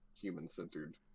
human-centered